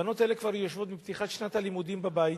הבנות האלה יושבות כבר מפתיחת שנת הלימודים בבית.